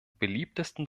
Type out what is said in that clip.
beliebtesten